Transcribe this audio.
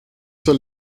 zur